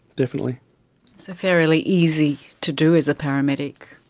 definitely. so fairly easy to do as a paramedic?